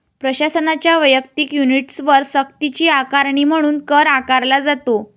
प्रशासनाच्या वैयक्तिक युनिट्सवर सक्तीची आकारणी म्हणून कर आकारला जातो